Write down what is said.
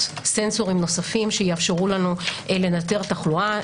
סנסורים נוספים שיאפשרו לנו לנטר תחלואה.